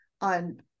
on